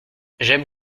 j’aime